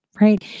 Right